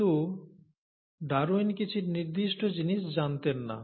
কিন্তু ডারউইন কিছু নির্দিষ্ট জিনিস জানতেন না